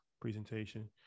presentation